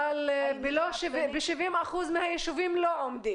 אבל ב-70% מהיישובים לא עומדים.